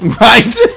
Right